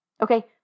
Okay